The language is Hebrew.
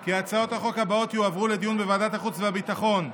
כי הצעות החוק הבאות יועברו לדיון בוועדת החוץ והביטחון: